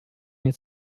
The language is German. mir